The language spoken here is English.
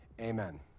amen